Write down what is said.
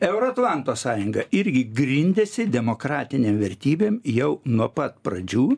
euro atlanto sąjunga irgi grindėsi demokratinėm vertybėm jau nuo pat pradžių